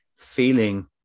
feeling